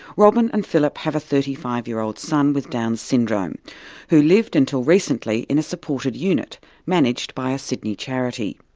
robyn and phillip have a thirty five year old son with down syndrome who lived, until recently, in a supported unit managed by a sydney charity.